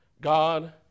God